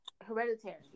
hereditary